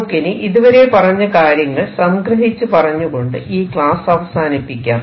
നമുക്കിനി ഇതുവരെ പറഞ്ഞ കാര്യങ്ങൾ സംഗ്രഹിച്ച് പറഞ്ഞുകൊണ്ട് ഈ ക്ലാസ് അവസാനിപ്പിക്കാം